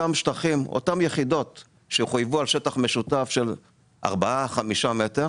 אותן יחידות שיחויבו על שטח משותף של 4-5 מטרים